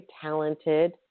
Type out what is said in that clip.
talented